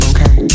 Okay